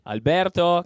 Alberto